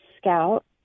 Scout